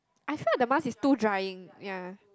I feel like the mask is too drying ya